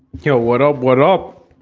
yeah, what up what up,